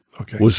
Okay